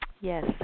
yes